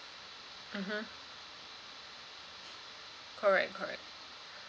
mmhmm correct correct